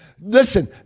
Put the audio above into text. Listen